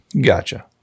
Gotcha